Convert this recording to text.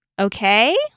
Okay